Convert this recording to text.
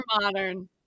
modern